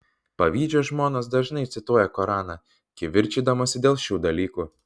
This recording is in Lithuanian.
pavydžios žmonos dažnai cituoja koraną kivirčydamosi dėl šių dalykų